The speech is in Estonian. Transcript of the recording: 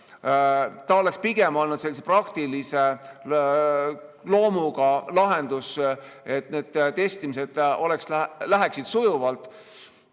See oleks pigem olnud sellise praktilise loomuga lahendus, et testimised läheksid sujuvalt.